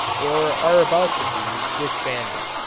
or are about to be, disbanded.